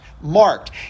marked